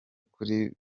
kuri